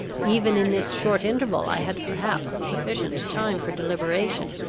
even in this short interval i had perhaps sufficient time for deliberation.